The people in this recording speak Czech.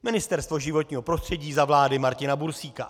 Ministerstvo životního prostředí za vlády Martina Bursíka.